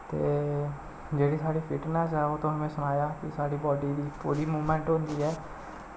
ते जेह्ड़ी साढ़ी फिटनेस ऐ ओह् में तुसें सनाया कि साढ़ी बाडी दी पूरी मूवमैंट होंदी ऐ